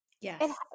Yes